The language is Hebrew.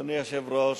אדוני היושב-ראש,